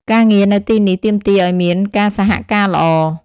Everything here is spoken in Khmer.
ការងារនៅទីនេះទាមទារឱ្យមានការសហការល្អ។